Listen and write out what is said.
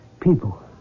People